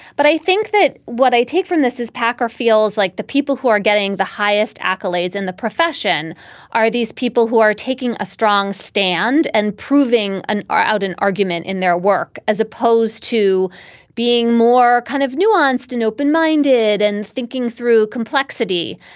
but i think that what i take from this is packer feels like the people who are getting the highest accolades in the profession are these people who are taking a strong stand and proving an hour out, an argument in their work, as opposed to being more kind of nuanced and open minded and thinking through complexity.